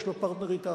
יש לו פרטנר אתנו,